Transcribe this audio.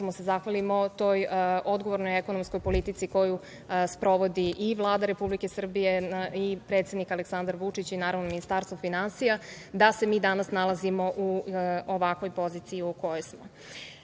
možemo da se zahvalimo toj odgovornoj ekonomskoj politici koju sprovodi i Vlada Republike Srbije i predsednik Aleksandar Vučić i Ministarstvo finansija, da se mi danas nalazimo u ovakvoj poziciji u kojoj smo. Da